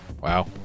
Wow